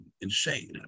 insane